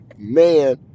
Man